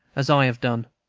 as i have done.